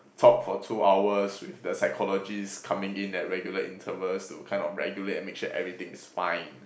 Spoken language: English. talked for two hours with the psychologist coming in at regular intervals to kind of regulate and make sure everything is fine